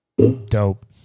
dope